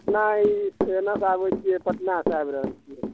नहि ई एनो सॅं आबै छियै पटना सॅं आबि रहल छियै